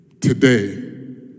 today